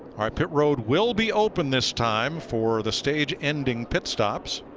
pit road will be open this time, for the stage ending pit stops.